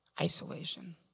isolation